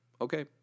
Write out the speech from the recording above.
Okay